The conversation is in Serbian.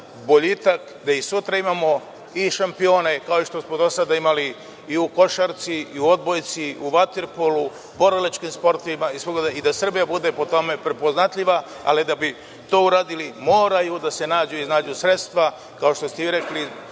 da i sutra imamo šampione, kao što smo do sada imali u košarci, u odbojci, u vaterpolu, u borilačkim sportovima, i da Srbija bude po tome prepoznatljiva. Ali, da bi to uradili, moraju da se iznađu sredstva, kao što ste i vi rekli